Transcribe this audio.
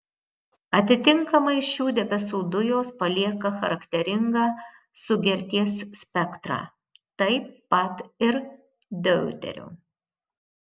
atitinkamai šių debesų dujos palieka charakteringą sugerties spektrą taip pat ir deuterio